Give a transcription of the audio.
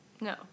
no